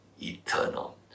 eternal